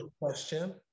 question